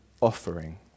offering